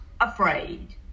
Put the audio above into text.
afraid